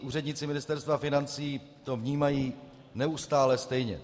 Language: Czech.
Úředníci Ministerstva financí to vnímají neustále stejně.